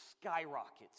skyrockets